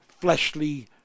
fleshly